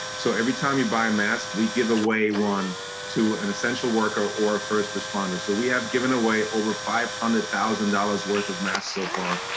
so every time you buy a mask, we give away one to an essential worker or a first responder. so we have given away over five hundred thousand dollars worth of masks so far.